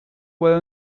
puedo